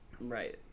Right